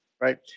right